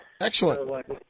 Excellent